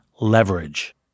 leverage